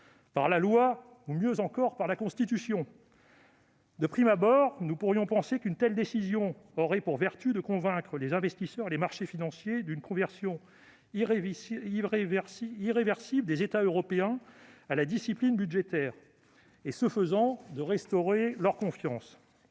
par la loi ou, mieux encore, par la Constitution ! De prime abord, nous pourrions penser qu'une telle décision aurait pour vertu de convaincre les investisseurs et les marchés financiers de l'irréversibilité de la conversion des États européens à la discipline budgétaire, et, ce faisant, de restaurer leur confiance.